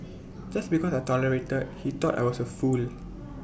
just because I tolerated he thought I was A fool